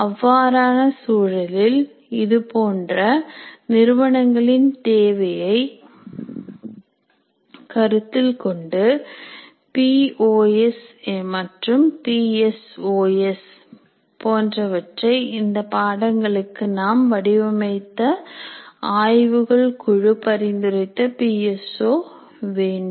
அவ்வாறான சூழலில் இது போன்ற நிறுவனங்களின் தேவையை கருத்தில் கொண்டு பி ஓ எஸ் மற்றும் பிஎஸ்ஓ எஸ் போன்றவற்றை இந்த பாடங்களுக்கு நாம் வடிவமைக்க ஆய்வுகள் குழு பரிந்துரைத்த பி எஸ் ஓ வேண்டும்